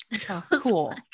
Cool